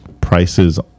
prices